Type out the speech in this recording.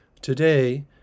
Today